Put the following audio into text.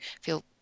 feel